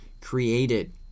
created